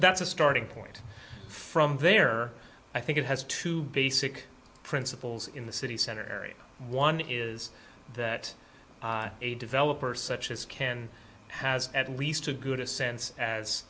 's a starting point from there i think it has two basic principles in the city center area one is that a developer such as ken has at least a good a sense as